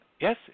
Yes